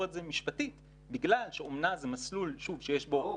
את זה משפטית בגלל שאומנה זה מסלול שיש בו הרבה -- ברור.